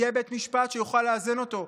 יהיה בית משפט שיוכל לאזן אותו?